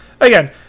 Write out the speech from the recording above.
again